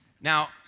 Now